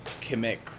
commit